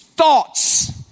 thoughts